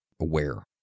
aware